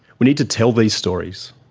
we need to tell these stories.